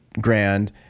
grand